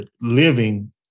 living